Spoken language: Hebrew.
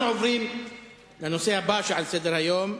אנחנו עוברים לנושא הבא שעל סדר-היום,